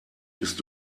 ist